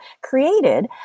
created